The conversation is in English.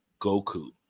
Goku